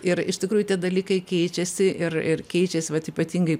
ir iš tikrųjų tie dalykai keičiasi ir ir keičias vat ypatingai